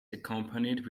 accompanied